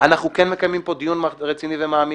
אנחנו כן מקיימים פה דיון רציני ומעמיק.